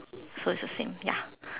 so it is the same ya